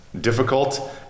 difficult